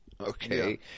okay